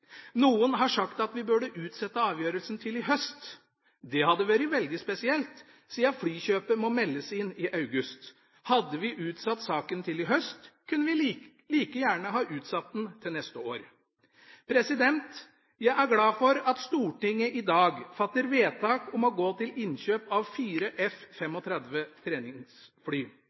Noen har sagt at vi burde utsette avgjørelsen til i høst. Det hadde vært veldig spesielt, siden flykjøpet må meldes inn i august. Hadde vi utsatt saken til i høst, kunne vi like gjerne ha utsatt den til neste år. Jeg er glad for at Stortinget i dag fatter vedtak om å gå til innkjøp av fire F-35 treningsfly.